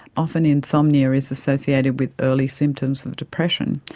often insomnia is associated with early symptoms of depression.